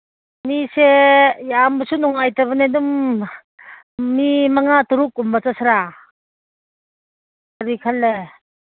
ꯃꯤꯁꯦ ꯌꯥꯝꯕꯁꯨ ꯅꯨꯡꯉꯥꯏꯇꯕꯅꯦ ꯑꯗꯨꯝ ꯃꯤ ꯃꯉꯥ ꯇꯔꯨꯛꯀꯨꯝꯕ ꯆꯠꯁꯤꯔꯥ ꯀꯔꯤ ꯈꯜꯂꯦ